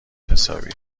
حسابی